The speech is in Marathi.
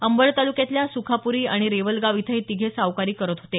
अंबड तालुक्यातल्या सुखापुरी आणि रेवलगाव इथं हे तिघे सावकारी करत होते